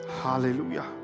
Hallelujah